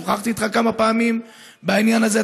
שוחחתי איתך כמה פעמים בעניין הזה,